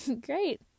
great